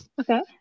okay